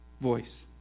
voice